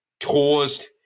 caused